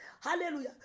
Hallelujah